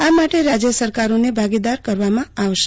આ માટે રાજય સરકારોને ભાગીદાર કરવામાં આવશે